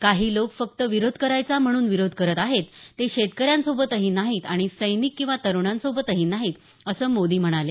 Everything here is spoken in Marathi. काही लोक फक्त विरोध करायचा म्हणून विरोध करत आहेत ते शेतकऱ्यांसोबतही नाहीत आणि सैनिक किंवा तरुणांसोबतही नाहीत असं मोदी म्हणाले